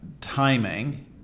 timing